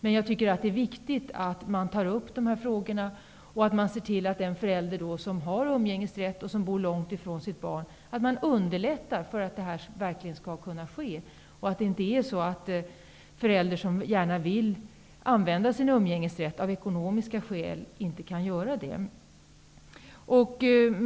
Men det är viktigt att dessa frågor tas upp, och att man ser till att underlätta för den förälder som har umgängesrätt och som bor långt ifrån sitt barn. Det skall inte vara så, att föräldrar som vill använda sin umgängesrätt inte skall kunna göra det av ekonomiska skäl.